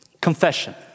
Confession